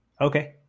Okay